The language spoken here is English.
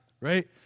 Right